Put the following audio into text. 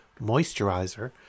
moisturizer